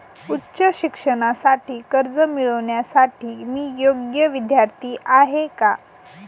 उच्च शिक्षणासाठी कर्ज मिळविण्यासाठी मी योग्य विद्यार्थी आहे का?